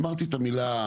אמרתי את המילה,